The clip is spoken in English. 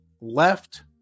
left